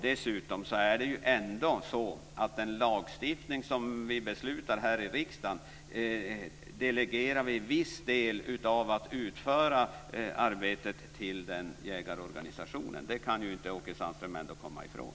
Det är ändå så att i den lagstiftning som vi beslutar om här i riksdagen delegerar vi en viss del när det gäller att utföra arbetet till denna jägarorganisation. Det kan ändå inte Åke Sandström komma ifrån.